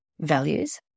values